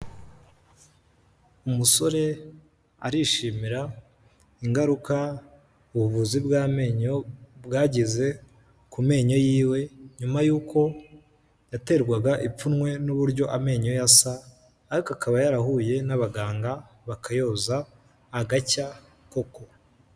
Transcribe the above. Umusore arishimira ingaruka ubuvuzi bw'amenyo bwagize ku menyo yiwe nyuma y'uko yaterwaga ipfunwe n'uburyo amenyo ye asa ariko akaba yarahuye n'abaganga bakayoza agacya koko.